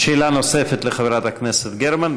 שאלה נוספת לחברת הכנסת גרמן.